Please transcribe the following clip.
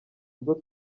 bwo